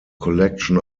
collection